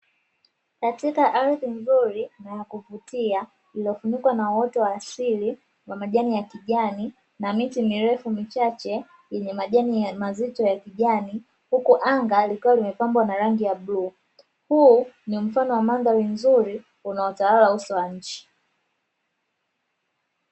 Katika ardhi nzuri na ya kuvutia, iliyofunikwa na uoto wa asili wa majani ya kijani na miti mirefu michache yenye majani mazito ya kijani, huku anga likiwa limepambwa kwa rangi ya bluu. Huu ni mfano wa mandhari nzuri unaotawala uso wa nchi.